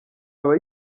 aba